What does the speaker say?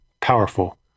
Powerful